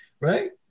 right